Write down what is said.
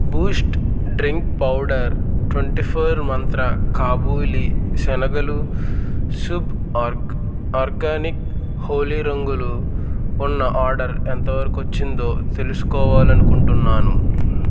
Boost drink powder twenty four Mantra కాబులి శనగలు శుభ్ ఆర్ ఆర్గానిక్ హోలీ రంగులు ఉన్న ఆర్డర్ ఎంతవరకొచ్చిందో తెలుసుకోవాలనుకుంటున్నాను